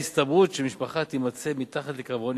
ההסתברות שמשפחה תימצא מתחת לקו העוני